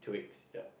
two weeks ya